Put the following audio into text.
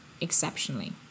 exceptionally